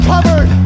Covered